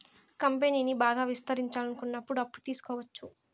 కంపెనీని బాగా విస్తరించాలనుకున్నప్పుడు అప్పు తెచ్చుకోవచ్చు